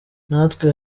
natwe